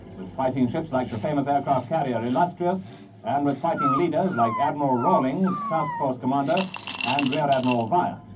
with fighting ships like the famous aircraft carrier illustrious and with fighting leaders like admiral rawlings, task force commander and rear admiral vian.